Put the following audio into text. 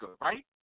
right